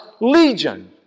legion